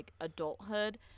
adulthood